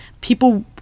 people